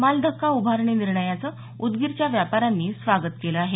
मालधक्का उभारणी निर्णयाचं उदगीरच्या व्यापाऱ्यांनी स्वागत केलं आहे